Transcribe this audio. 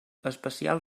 especial